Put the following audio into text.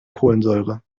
kohlensäure